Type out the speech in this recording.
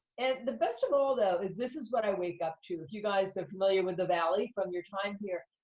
and best of all, though, is this is what i wake up to. if you guys are familiar with the valley from your time here,